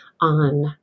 on